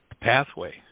pathway